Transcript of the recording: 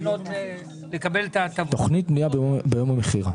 תוכנית בנייה ביום המכירה.